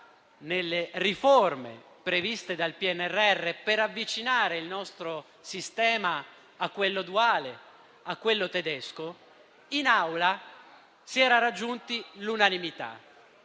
nelle riforme previste dal PNRR per avvicinare il nostro sistema a quello duale, a quello tedesco, in Assemblea si era raggiunta l'unanimità.